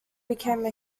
became